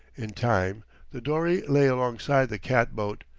in time the dory lay alongside the cat-boat,